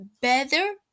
better